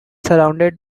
surrounded